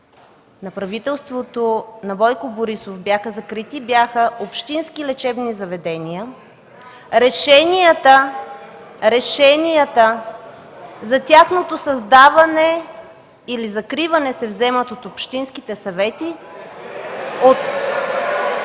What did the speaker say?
на правителството на Бойко Борисов бяха закрити, бяха общински лечебни заведения. (Шум и реплики.) Решенията за тяхното създаване или закриване се вземат от общинските съвети